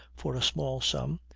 for a small sum,